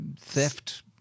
Theft